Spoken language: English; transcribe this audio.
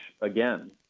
again